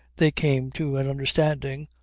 they came to an understanding,